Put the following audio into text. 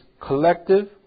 collective